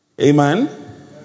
Amen